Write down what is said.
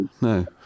no